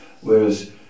whereas